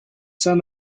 son